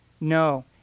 No